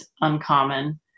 uncommon